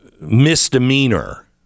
misdemeanor